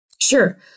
Sure